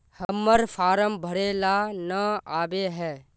हम्मर फारम भरे ला न आबेहय?